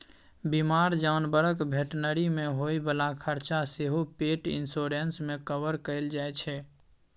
बीमार जानबरक भेटनरी मे होइ बला खरचा सेहो पेट इन्स्योरेन्स मे कवर कएल जाइ छै